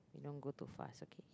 don't go too fast okay